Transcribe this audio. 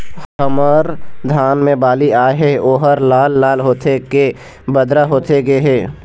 हमर धान मे बाली आए हे ओहर लाल लाल होथे के बदरा होथे गे हे?